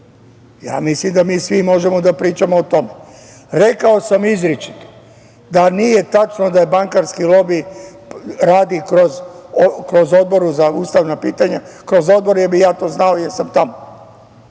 potez. Mislim da mi svi možemo da pričamo o tome. Rekao sam izričito da nije tačno da je bankarski lobi radi kroz Odbor za ustavna pitanja jer bih ja to znao jer sam tamo.